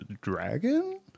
dragon